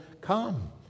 come